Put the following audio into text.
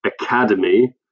academy